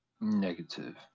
Negative